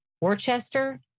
Worcester